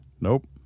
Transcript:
Nope